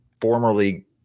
formerly